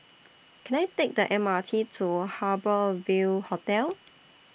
Can I Take The M R T to Harbour Ville Hotel